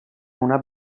una